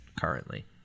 currently